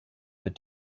but